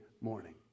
morning